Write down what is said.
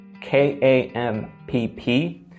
K-A-M-P-P